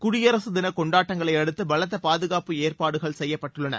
குடியரசு தின கொண்டாட்டங்களை அடுத்து பலத்த பாதுகாப்பு ஏற்பாடுகள் செய்யப்பட்டுள்ளன